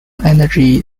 energy